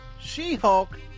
She-Hulk